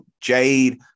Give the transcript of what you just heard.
Jade